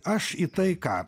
aš į tai ką